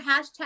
hashtag